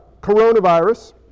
coronavirus